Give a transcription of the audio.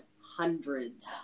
hundreds